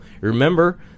Remember